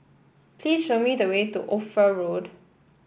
please show me the way to Ophir Road